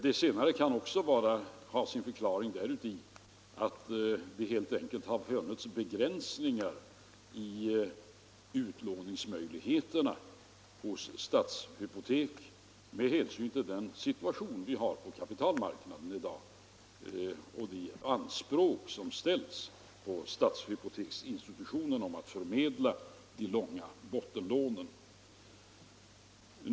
Det senare kan ha sin förklaring däruti att stadshypoteksföreningarnas utlåningsmöjligheter helt enkelt varit begränsade med hänsyn till den situation vi har på kapitalmarknaden i dag och de anspråk som ställs på statshypoteksinstitutionen att förmedla de långa bottenlånen.